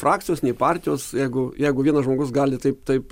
frakcijos nei partijos jeigu jeigu vienas žmogus gali taip taip